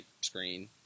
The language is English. screen